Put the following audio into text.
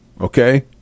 Okay